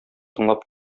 тыңлап